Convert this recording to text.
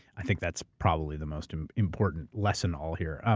i think that's probably the most important lesson all here.